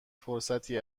فرصتی